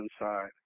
inside